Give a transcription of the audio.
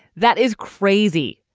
that is crazy.